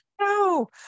no